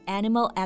animal